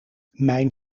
mijn